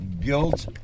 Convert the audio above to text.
guilt